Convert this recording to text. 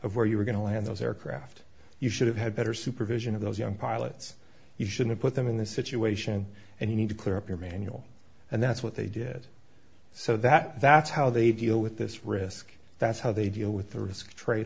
of where you were going to land those aircraft you should have had better supervision of those young pilots you should have put them in this situation and you need to clear up your manual and that's what they did so that that's how they deal with this risk that's how they deal with the risk trade